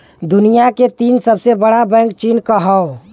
दुनिया के तीन सबसे बड़ा बैंक चीन क हौ